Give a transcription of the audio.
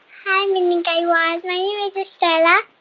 hi, mindy and guy raz. my name is estella.